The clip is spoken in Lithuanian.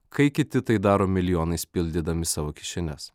kai kiti tai daro milijonais pildydami savo kišenes